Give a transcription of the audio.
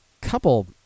couple